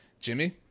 Jimmy